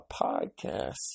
podcast